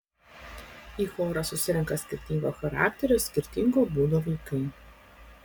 į chorą susirenka skirtingo charakterio skirtingo būdo vaikai